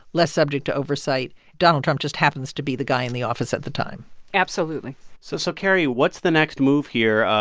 less subject to oversight. donald trump just happens to be the guy in the office at the time absolutely so, so carrie, what's the next move here?